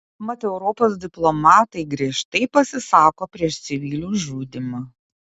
mat europos diplomatai griežtai pasisako prieš civilių žudymą